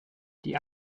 die